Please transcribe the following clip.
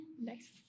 nice